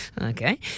okay